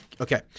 Okay